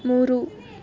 ಮೂರು